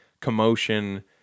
commotion